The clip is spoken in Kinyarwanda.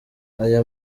aya